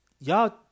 Y'all